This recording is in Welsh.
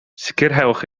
sicrhewch